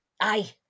Aye